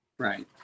Right